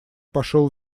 пошел